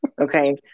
Okay